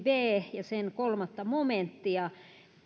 b pykälää ja sen kolmas momenttia